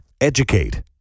Educate